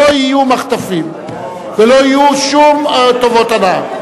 לא יהיו מחטפים ולא יהיו שום טובות הנאה,